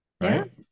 right